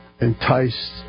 enticed